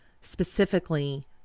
specifically